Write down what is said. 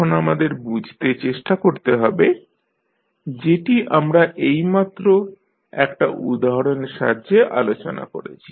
এখন আমাদের বুঝতে চেষ্টা করতে হবে যেটি আমরা এইমাত্র একটা উদাহরণের সাহায্যে আলোচনা করেছি